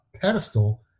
pedestal